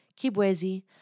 Kibwezi